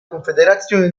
confederazione